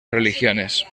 religiones